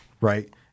right